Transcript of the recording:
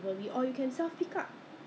so 你不可以说 cancel